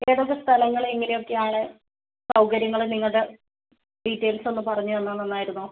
ഏതൊക്കെ സ്ഥലങ്ങൾ എങ്ങനെയൊക്കെ ആണ് സൗകര്യങ്ങൾ നിങ്ങളുടെ ഡീറ്റെയിൽസ് ഒന്ന് പറഞ്ഞ് തന്നാൽ നല്ലതായിരുന്നു